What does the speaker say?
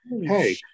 Hey